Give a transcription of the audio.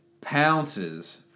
Pounces